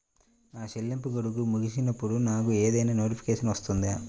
నా చెల్లింపు గడువు ముగిసినప్పుడు నాకు ఏదైనా నోటిఫికేషన్ వస్తుందా?